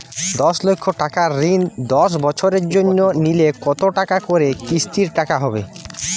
দশ লক্ষ টাকার ঋণ দশ বছরের জন্য নিলে কতো টাকা করে কিস্তির টাকা হবে?